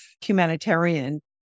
humanitarian